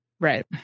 right